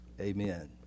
Amen